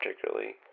particularly